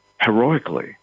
heroically